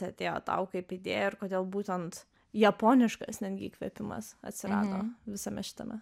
atėjo tau kaip idėja ir kodėl būtent japoniškas netgi įkvėpimas atsirado visame šitame